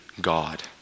God